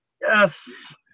Yes